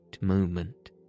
moment